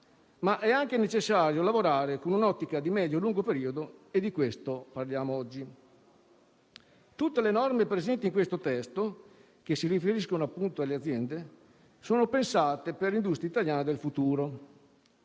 ma è anche necessario lavorare con un'ottica di medio-lungo periodo e di questo parliamo oggi. Tutte le norme presenti in questo testo, che si riferiscono appunto alle aziende, sono pensate per l'industria italiana del futuro.